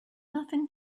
nothing